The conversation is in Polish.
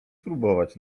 spróbować